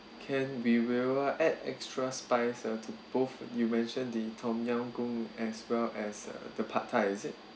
can we will uh add extra spice uh to both you mention the tom yum goong as well as uh the pad thai is it